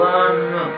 one